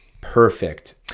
perfect